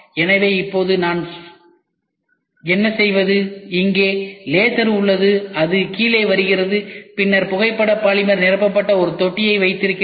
எனவே இப்போது நான் என்ன செய்வது இங்கே லேசர் உள்ளது அது கீழே வருகிறது பின்னர் புகைப்பட பாலிமர் நிரப்பப்பட்ட ஒரு தொட்டியை வைத்திருக்கிறேன்